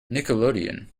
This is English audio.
nickelodeon